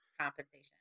compensation